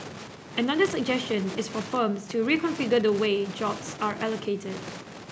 another suggestion is for firms to reconfigure the way jobs are allocated